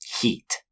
heat